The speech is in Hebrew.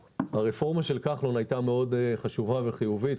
הרפורמה של כחלון הייתה חשובה מאוד וחיובית,